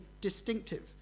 distinctive